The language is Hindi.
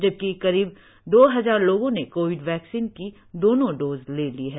जबकि करीब दो हजार लोगों ने कोविड वैक्सीन की दोनो डोज ले ली है